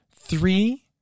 three